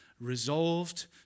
Resolved